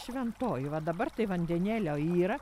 šventoji va dabar tai vandenėlio yra